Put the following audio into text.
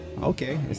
okay